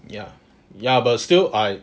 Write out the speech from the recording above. ya ya but still I